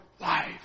life